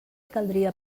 caldria